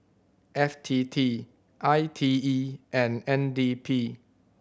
F T T I T E and N D P